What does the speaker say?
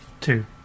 Two